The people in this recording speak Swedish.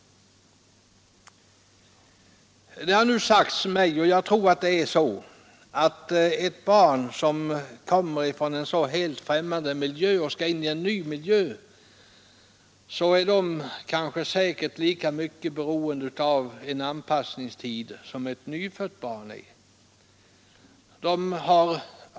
Det har nu sagts mig — och jag tror att det är så — att barn som kommer från en så helt främmande miljö säkert är lika mycket beroende av en anpassningstid som ett nyfött barn.